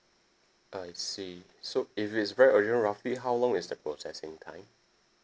I see so if it's very urgent roughly how long is the processing time